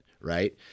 right